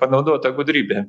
panaudota gudrybė